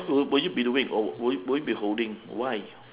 will you will you be doing or will you be holding why